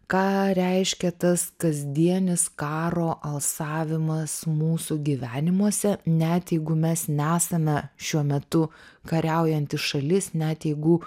ką reiškia tas kasdienis karo alsavimas mūsų gyvenimuose net jeigu mes nesame šiuo metu kariaujanti šalis net jeigu